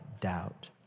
doubt